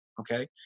Okay